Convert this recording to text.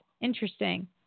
Interesting